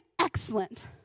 excellent